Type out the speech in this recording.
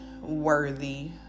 worthy